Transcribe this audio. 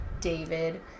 david